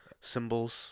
symbols